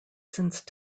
since